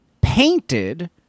painted